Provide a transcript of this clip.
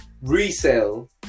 resale